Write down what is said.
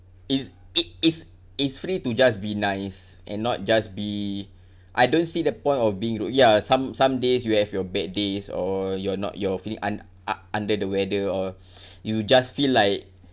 it's it is it's free to just be nice and not just be I don't see the point of being rude ya some some days you have your bad days or you're not you're feeling un~ u~ under the weather or you just feel like